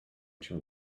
cię